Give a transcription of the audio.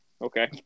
Okay